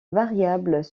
variables